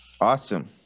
Awesome